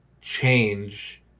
change